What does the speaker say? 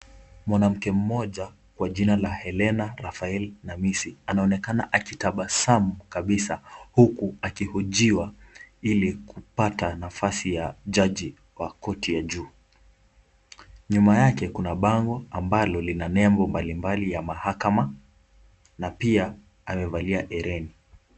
Mwanamke mmoja kwa jina la Helena Rafael Namisi, anaonekana akitabasamu kabisa huku akihojiwa ili kupata nafasi ya jaji wa korti ya juu. Nyuma yake kuna bango ambalo lina nembo mbalimbali ya mahakama na pia amevalia hereni.